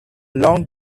long